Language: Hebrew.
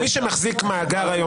מי שמחזיק מאגר היום,